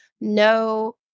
no